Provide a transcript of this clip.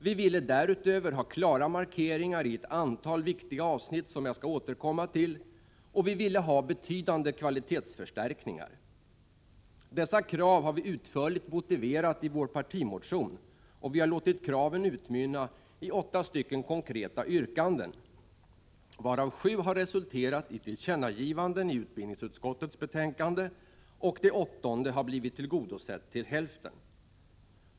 Vi ville därutöver ha klara markeringar i ett antal viktiga avsnitt, som jag skall återkomma till, och vi ville ha betydande kvalitetsförstärkningar. Dessa krav har vi utförligt motiverat i vår partimotion och vi har låtit kraven utmynna i åtta konkreta yrkanden, varav sju har resulterat i tillkännagivanden i utbildningsutskottets betänkande och det åttonde har blivit tillgodosett till hälften.